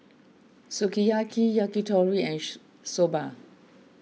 Sukiyaki Yakitori and Soba